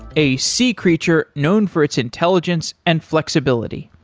a sea creature known for its intelligence and flexibility.